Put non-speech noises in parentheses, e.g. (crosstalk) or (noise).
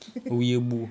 (laughs)